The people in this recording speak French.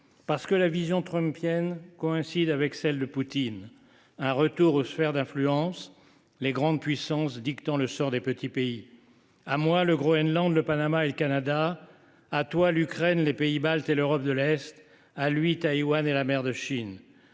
effet, la vision trumpienne coïncide avec celle de Poutine : elle défend un retour aux sphères d’influence, les grandes puissances dictant le sort des petits pays. À moi, le Groenland, le Panama et le Canada ; à toi, l’Ukraine, les pays baltes et l’Europe de l’Est ; à lui, Taïwan et la mer de Chine…